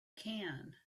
can